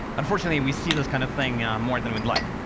unfortunately, we see this kind of thing more than we'd like.